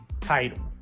title